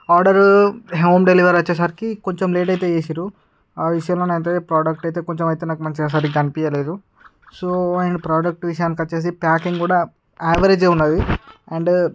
order home delivery వచ్చేసరికి కొంచెం లేటైతే చేసిరు ఆ విషయములోను అయితే ప్రొడక్టు అయితే కొంచెం అయితే నాకు మంచిగా సరిగ్గా అనిపించలేదు సో ఆయన ప్రొడక్టు విషయానికి వచ్చేసి ప్యాకింగు కూడా యావరేజే ఉంది అండ్